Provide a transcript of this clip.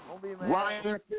Ryan